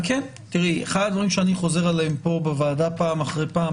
אחד הדברים שאני חוזר עליהם כאן בוועדה פעם אחר פעם,